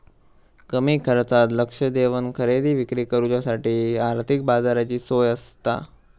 कमी खर्चात लक्ष देवन खरेदी विक्री करुच्यासाठी आर्थिक बाजाराची सोय आसता